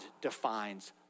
defines